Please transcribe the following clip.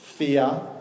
fear